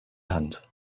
hand